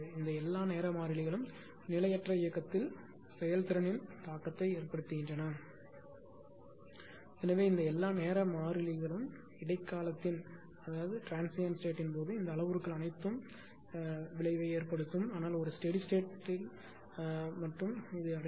இந்த எல்லா நேர மாறிலிகளும் நிலையற்ற இயக்கத்தில் செயல்திறனின் தாக்கத்தை ஏற்படுத்துகின்றன எனவே இந்த எல்லா நேர மாறிலிகளிலும் இடைக்காலத்தின் போது இந்த அளவுருக்கள் அனைத்தும் விளைவை ஏற்படுத்தும் ஆனால் ஒரு ஸ்டெடி ஸ்டேட்யை மட்டுமே அடைகிறது